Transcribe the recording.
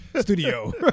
studio